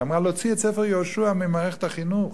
היא אמרה: להוציא את ספר יהושע ממערכת החינוך.